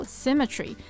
symmetry